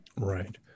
Right